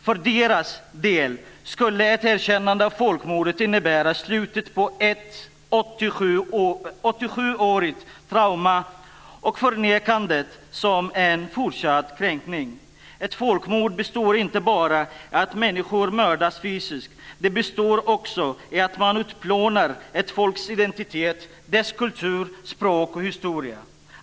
För deras del skulle ett erkännande av folkmordet innebära slutet på ett 87-årigt trauma och ett förnekande som en fortsatt kränkning. Ett folkmord består inte bara av att människor mördas fysiskt. Det består också av att man utplånar ett folks identitet, dess kultur, språk och historia.